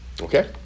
Okay